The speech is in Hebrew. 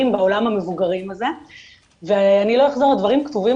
בעולם המבוגרים הזה ואני לא אחזור הדברים כתובים,